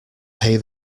pay